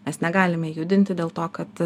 mes negalime judinti dėl to kad